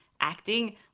acting